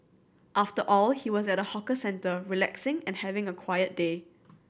after all he was at a hawker centre relaxing and having a quiet day